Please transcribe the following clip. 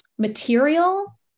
Material